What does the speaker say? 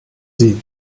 sie